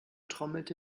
trommelte